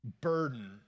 burden